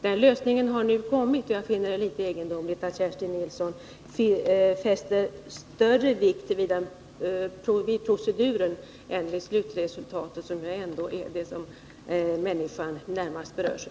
Den lösningen har nu kommit, och jag finner det egendomligt att Kerstin Nilsson fäster större vikt vid proceduren än vid slutresultatet, som ändå är det som människor närmast berörs av.